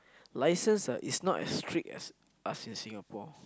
license ah is not as strict as us in Singapore